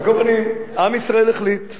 על כל פנים, עם ישראל החליט.